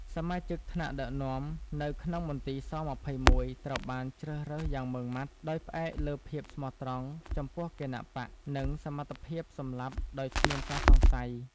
សមាជិកថ្នាក់ដឹកនាំនៅក្នុងមន្ទីរស-២១ ត្រូវបានជ្រើសរើសយ៉ាងម៉ឺងម៉ាត់ ដោយផ្អែកលើភាពស្មោះត្រង់ចំពោះគណបក្ស និងសមត្ថភាពសម្លាប់ដោយគ្មានការសង្ស័យ។